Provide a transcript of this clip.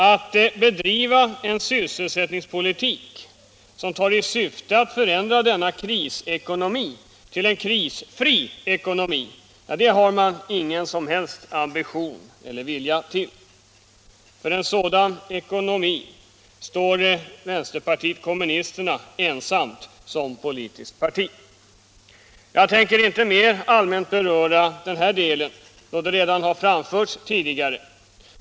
Att bedriva en sysselsättningspolitik som har syftet att förändra denna krisekonomi till en krisfri ekonomi har man ingen som helst ambition till. För en sådan ekonomi står vänsterpartiet kommunisterna ensamt som politiskt parti. Jag tänker inte mer allmänt beröra denna del, då detta redan har framförts tidigare.